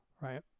right